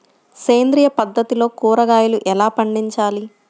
సేంద్రియ పద్ధతిలో కూరగాయలు ఎలా పండించాలి?